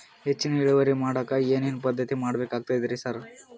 ಹೆಚ್ಚಿನ್ ಇಳುವರಿ ಮಾಡೋಕ್ ಏನ್ ಏನ್ ಪದ್ಧತಿ ಮಾಡಬೇಕಾಗ್ತದ್ರಿ ಸರ್?